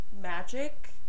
magic